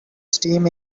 steam